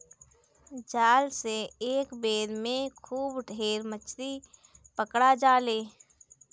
जाल से एक बेर में खूब ढेर मछरी पकड़ा जाले